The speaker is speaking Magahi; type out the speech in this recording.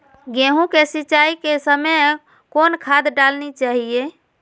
गेंहू के सिंचाई के समय कौन खाद डालनी चाइये?